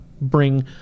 bring